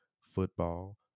football